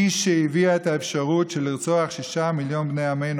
היא שהביאה את האפשרות לרצוח שישה מיליון מבני עמנו,